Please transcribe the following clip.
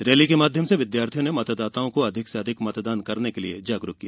rally के माध्यम से विद्यार्थियों ने मतदाताओं को अधिक से अधिक मतदान करने के लिये जागरूक किया